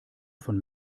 von